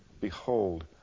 Behold